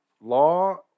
law